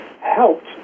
helped